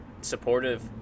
supportive